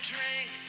Drink